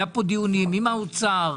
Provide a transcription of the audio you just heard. היו דיונים עם האוצר